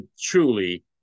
truly